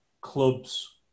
clubs